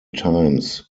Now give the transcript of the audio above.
times